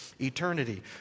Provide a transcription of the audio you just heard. eternity